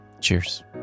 Cheers